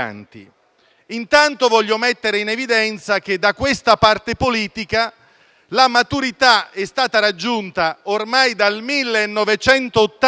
Intanto voglio mettere in evidenza che da questa parte politica la maturità è stata raggiunta ormai dal 1980-81,